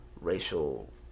racial